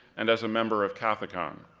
and as a member of kathekon.